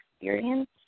experience